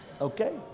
Okay